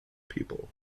people